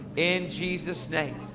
in jesus name.